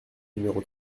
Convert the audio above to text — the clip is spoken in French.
numéro